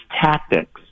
tactics